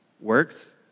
Works